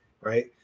right